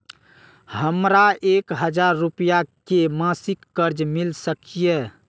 हमरा एक हजार रुपया के मासिक कर्ज मिल सकिय?